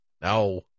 no